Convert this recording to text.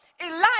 Elijah